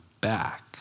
back